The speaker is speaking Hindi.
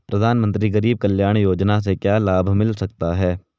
प्रधानमंत्री गरीब कल्याण योजना से क्या लाभ मिल सकता है?